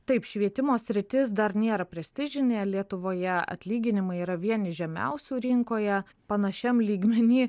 taip švietimo sritis dar nėra prestižinė lietuvoje atlyginimai yra vieni iš žemiausių rinkoje panašiam lygmeny